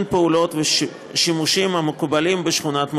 פעולות ושימושים המקובלים בשכונת מגורים,